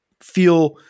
feel –